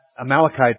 Amalekite